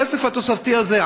הכסף התוספתי הזה,